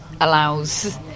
allows